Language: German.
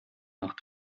nach